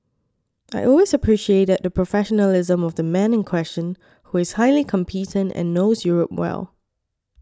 I always appreciated the professionalism of the man in question who is highly competent and knows Europe well